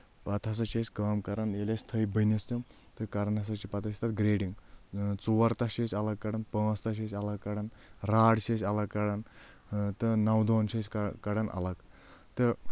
پتہٕ ہسا چھِ أسۍ کٲم کَران ییٚلہِ أسہِ تھٔے بٔنِس تِم تہٕ کَران ہسا چھِ پَتہٕ أسۍ تَتھ گریڈِنٛگ ژور تَاہہ چھِ أسۍ الگ کَڑان پانٛژھ تَاہہ چھِ أسۍ الگ کَڑان راڈ چھِ أسۍ الگ کَڑان تہٕ نو دۄن چھِ أسۍ کَڑان الگ تہٕ